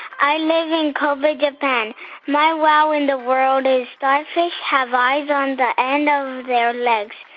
i live in kobe, japan. my wow in the world is starfish have eyes on the end of their legs.